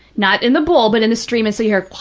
not in the bowl, but in the stream, and so you yeah